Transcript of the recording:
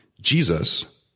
Jesus